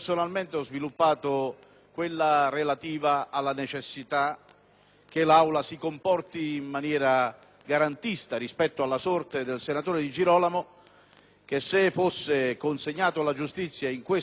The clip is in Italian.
che l'Aula si comporti in maniera garantista rispetto alla sorte del senatore Di Girolamo che, se fosse consegnato alla giustizia in questo momento, verrebbe rinchiuso agli arresti domiciliari.